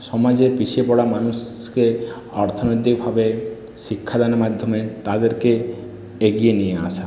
সমাজের পিছিয়ে পড়া মানুষকে অর্থনীতিভাবে শিক্ষাদানের মাধ্যমে তাদেরকে এগিয়ে নিয়ে আসা